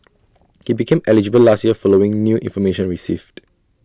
he became eligible last year following new information received